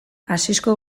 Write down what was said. asisko